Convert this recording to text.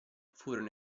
furono